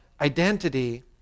identity